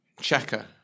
Checker